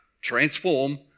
transform